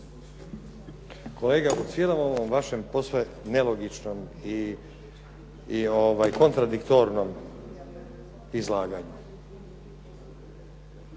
Kolege, u cijelom ovom vašem posve nelogičnom i kontradiktornom izlaganju